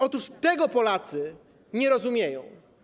Otóż tego Polacy nie rozumieją.